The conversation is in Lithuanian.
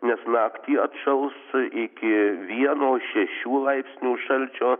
nes naktį atšals iki vieno šešių laipsnių šalčio